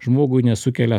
žmogui nesukelia